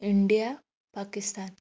India Pakistan